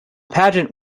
pageant